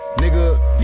nigga